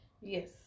yes